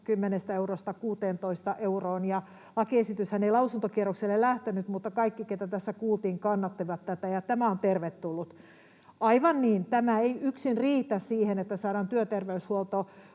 10 eurosta 16 euroon. Lakiesityshän ei lausuntokierrokselle lähtenyt, mutta kaikki, keitä tässä kuultiin, kannattivat tätä, ja tämä on tervetullut. Aivan niin, tämä ei yksin riitä siihen, että saadaan työterveyshuolto